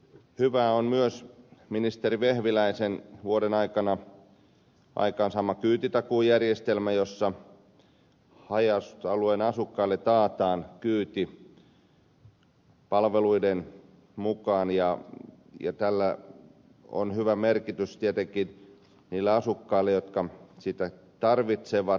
hyvä on myös ministeri vehviläisen vuoden aikana aikaansaama kyytitakuujärjestelmä jossa haja asutusalueiden asukkaille taataan kyyti palveluiden mukaan ja tällä on hyvä merkitys tietenkin niille asukkaille jotka sitä tarvitsevat